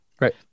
Right